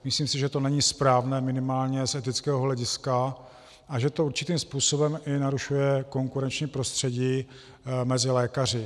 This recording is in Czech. Myslím si, že to není správné minimálně z etického hlediska a že to určitým způsobem i narušuje konkurenční prostředí mezi lékaři.